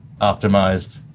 optimized